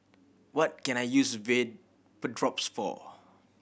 what can I use Vapodrops for